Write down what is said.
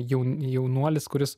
jaunuolis kuris